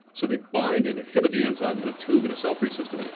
so they bind and inhibit the enzyme in a tube, in a cell-free system,